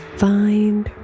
find